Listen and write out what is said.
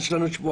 יש לנו שבועיים.